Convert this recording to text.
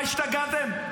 מה, השתגעתם?